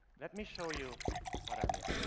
let me show you what i mean.